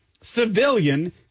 civilian